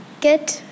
Good